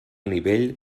nivell